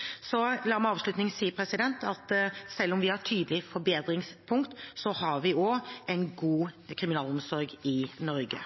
La meg som avslutning si at selv om vi har tydelige forbedringspunkter, har vi også en god kriminalomsorg i Norge.